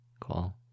Cool